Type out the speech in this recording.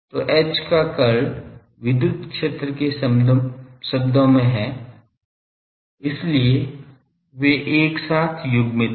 तो H का curl विद्युत क्षेत्र के शब्दों में है इसलिए वे एक साथ युग्मित हैं